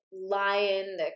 lion